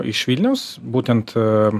iš vilniaus būtent